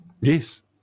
Yes